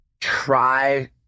try